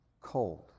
cold